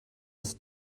des